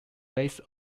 base